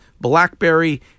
blackberry